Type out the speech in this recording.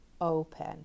open